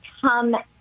come